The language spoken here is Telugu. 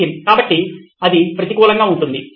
నితిన్ కాబట్టి అది ప్రతికూలంగా ఉంటుంది